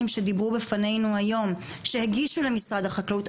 שדיברו בפנינו היום שהגישו למשרד החקלאות,